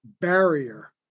barrier